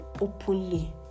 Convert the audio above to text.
openly